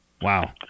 Wow